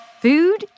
food